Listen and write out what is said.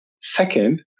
Second